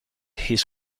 his